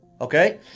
Okay